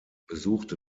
besuchte